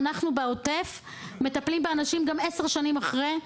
אנחנו בעוטף מטפלים באנשים גם עשר שנים אחרי.